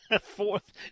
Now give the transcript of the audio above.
Fourth